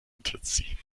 unterziehen